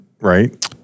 Right